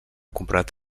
comprat